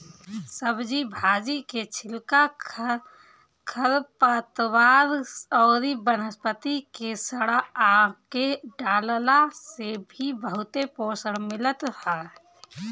सब्जी भाजी के छिलका, खरपतवार अउरी वनस्पति के सड़आ के डालला से भी बहुते पोषण मिलत ह